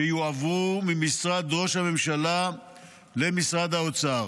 שיועברו ממשרד ראש הממשלה למשרד האוצר.